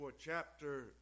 chapter